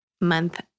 month